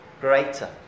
greater